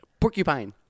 porcupine